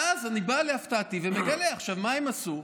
ואז אני בא להפתעתי ומגלה, מה הם עשו?